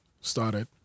Started